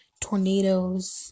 tornadoes